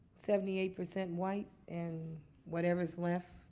seventy eight percent white and whatever's left